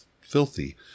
filthy